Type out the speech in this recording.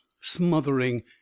smothering